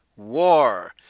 war